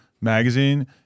magazine